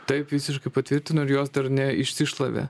taip visiškai patvirtinu ir jos dar neišsišlavė